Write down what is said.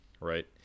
Right